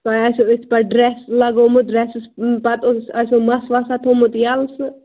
تۄہہِ آسوٕ أتھۍ پَتہٕ ڈرٛٮ۪س لَگومُت ڈرٛٮ۪سَس پَتہٕ اوس آسٮ۪و مَس وَسا تھوٚمُت یَلہٕ سُہ